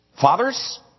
Fathers